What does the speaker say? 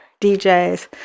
DJs